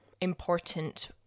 important